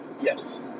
Yes